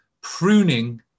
pruning